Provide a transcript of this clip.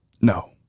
No